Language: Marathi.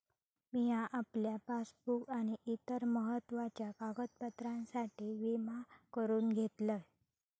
मिया आपल्या पासबुक आणि इतर महत्त्वाच्या कागदपत्रांसाठी विमा करून घेतलंय